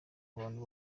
abantu